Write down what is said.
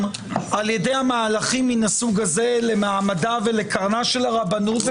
על ידי המהלכים מן הסוג הזה למעמדה ולקרנה של הרבנות,